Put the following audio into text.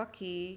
पखी